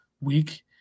week